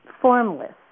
formless